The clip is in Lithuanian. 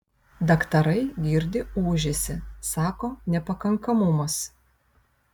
daktarai girdi ūžesį sako nepakankamumas